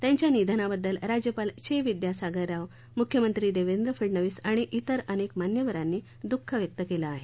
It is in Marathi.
त्यांच्या निधनाबद्दल राज्यपाल चे विद्यासागर राव मुख्यमंत्री देवेंद्र फडणवीस आणि इतर अनेक मान्यवरांनी दुःख व्यक्त केलं आहे